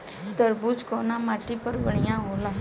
तरबूज कउन माटी पर बढ़ीया होला?